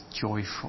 joyful